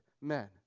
men